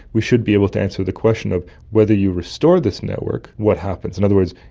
we should be able to answer the question of whether you restore this network, what happens. in other words,